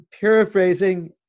paraphrasing